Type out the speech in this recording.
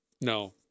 No